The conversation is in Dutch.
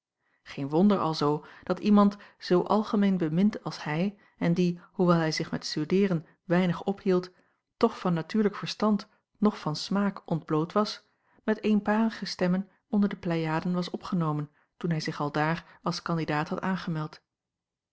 geen wonder alzoo dat iemand zoo algemeen bemind als hij en die hoewel hij zich met studeeren weinig ophield toch van natuurlijk verstand noch van smaak ontbloot was met eenparige stemmen onder de pleiaden was opgenomen toen hij zich aldaar als kandidaat had aangemeld